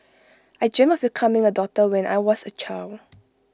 I dreamt of becoming A doctor when I was A child